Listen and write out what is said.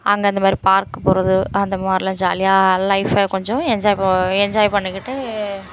அங்கே இந்த மாதிரி பார்க்கு போகிறது அந்த மாதிரிலாம் ஜாலியாக லைஃபை கொஞ்சம் என்ஜாய் ப என்ஜாய் பண்ணிக்கிட்டு